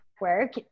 work